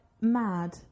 mad